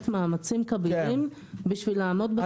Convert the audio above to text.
מאמצים כבירים כדי לעמוד בתאריך הזה.